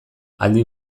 aldi